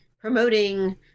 promoting